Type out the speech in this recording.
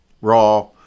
raw